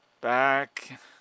back